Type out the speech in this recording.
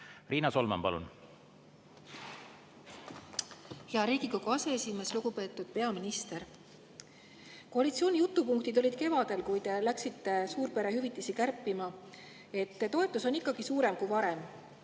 ei ole pidanud? Hea Riigikogu aseesimees! Lugupeetud peaminister! Koalitsiooni jutupunktid olid kevadel, kui te läksite suurpere hüvitisi kärpima, et toetus on ikkagi suurem kui varem.